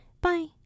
bye